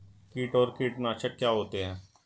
कीट और कीटनाशक क्या होते हैं?